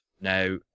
now